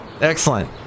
Excellent